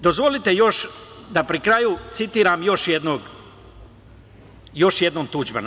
Dozvolite još da pri kraju citiram još jednom Tuđmana.